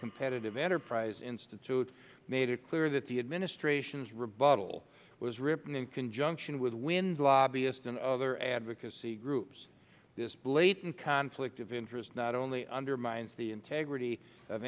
competitive enterprise institute made it clear that the administration's rebuttal was written in conjunction with wind lobbyists and other advocacy groups this blatant conflict of interest not only undermines the integrity of